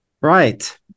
Right